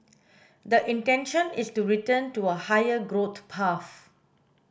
the intention is to return to a higher growth path